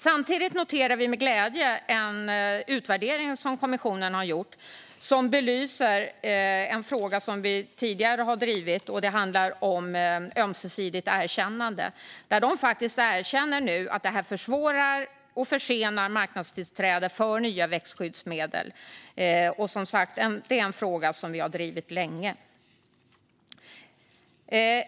Samtidigt noterar vi med glädje en utvärdering som kommissionen har gjort och som belyser en fråga som vi tidigare har drivit. Det handlar om ömsesidigt erkännande. Kommissionen erkänner nu att detta försvårar och försenar marknadstillträde för nya växtskyddsmedel. Detta är som sagt en fråga som vi har drivit länge.